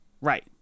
Right